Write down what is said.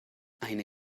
eine